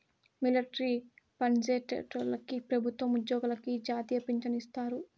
military పన్జేసేటోల్లకి పెబుత్వ ఉజ్జోగులకి ఈ జాతీయ పించను ఇత్తారు